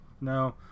no